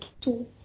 two